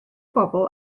bobl